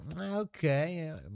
okay